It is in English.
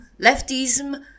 leftism